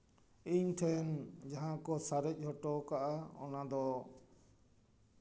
ᱤᱧ ᱴᱷᱮᱱ ᱡᱟᱦᱟᱸ ᱠᱚ ᱥᱟᱨᱮᱡ ᱦᱚᱴᱚ ᱠᱟᱜᱼᱟ ᱚᱱᱟ ᱫᱚ